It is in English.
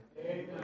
Amen